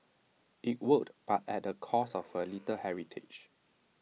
IT worked but at the cost of A little heritage